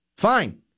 Fine